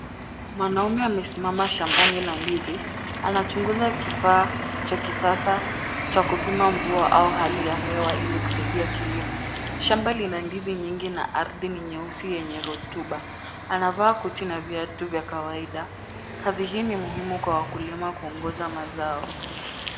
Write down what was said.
Mwanaume amesimama shambani la ndizi anachunguza kifaa cha kisasa cha kipima mvua au hali ya hewa ili kusaidia kilimo. Shamba lina ndizi nyingi na ardhi ni nyeusi yenye rotuba. Anavaa koti na viatu vya kawaida kazi hii ni muhimu kwa wakulima kuongeza mazao.